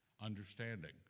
understanding